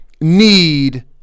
need